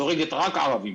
שהורגת רק ערבים.